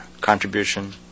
contribution